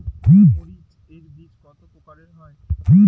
মরিচ এর বীজ কতো প্রকারের হয়?